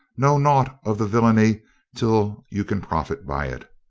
know naught of the vil lainy till you can profit by it.